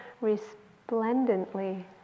resplendently